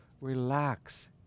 Relax